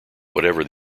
whatever